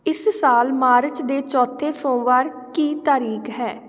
ਇਸ ਸਾਲ ਮਾਰਚ ਦੇ ਚੌਥੇ ਸੋਮਵਾਰ ਕੀ ਤਾਰੀਕ ਹੈ